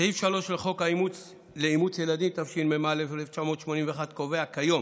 סעיף 3 לחוק אימוץ ילדים, התשמ"א 1981, קובע כיום